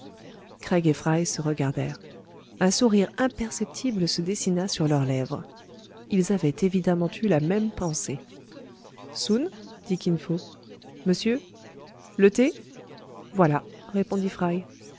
fry se regardèrent un sourire imperceptible se dessina sur leurs lèvres ils avaient évidemment eu la même pensée soun dit kin fo monsieur le thé voilà répondit fry